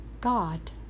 God